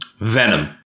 Venom